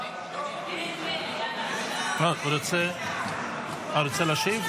--- חבר הכנסת מלביצקי ישיב.